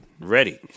ready